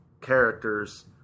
characters